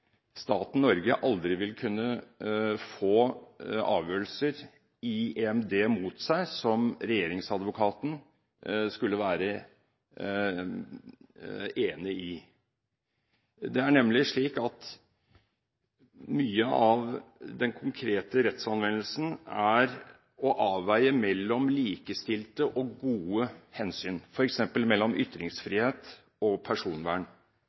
staten Norge aldri vil kunne få avgjørelser i EMD imot seg som regjeringsadvokaten er enig i. Mye av den konkrete rettsanvendelsen går nemlig ut på å avveie mellom likestilte og gode hensyn, f.eks. mellom ytringsfrihet og personvern.